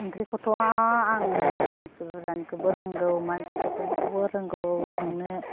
ओंख्रिखौथ' आङो मानसि बुरजानिखौबो रोंगौ मानसि एसेनिखौबो रोंगौ संनो